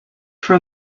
for